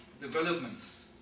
developments